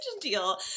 deal